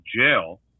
jail